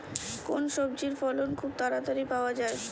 কোন সবজির ফলন খুব তাড়াতাড়ি পাওয়া যায়?